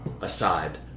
Aside